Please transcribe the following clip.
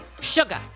sugar